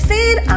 Feed